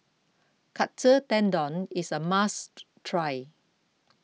Katsu Tendon is a must try